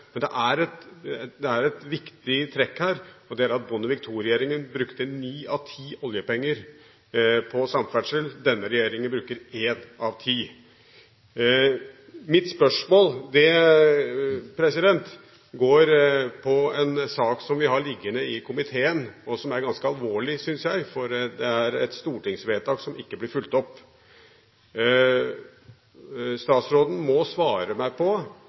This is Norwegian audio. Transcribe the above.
Men det er et viktig trekk her, og det er at Bondevik II-regjeringen brukte ni av ti oljekroner på samferdsel. Denne regjeringen bruker én av ti. Mitt spørsmål går på en sak som vi har liggende i komiteen, og som er ganske alvorlig, syns jeg, for det er et stortingsvedtak som ikke blir fulgt opp. Statsråden må svare meg på